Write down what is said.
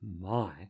my